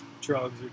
drugs